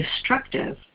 destructive